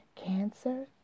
Cancer